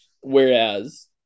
Whereas